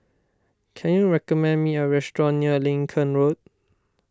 can you recommend me a restaurant near Lincoln Road